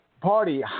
party